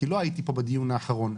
כי לא הייתי פה בדיון האחרון,